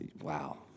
Wow